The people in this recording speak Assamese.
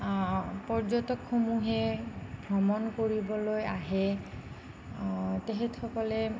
পৰ্যটকসমূহে ভ্ৰমণ কৰিবলৈ আহে তেখেতসকলে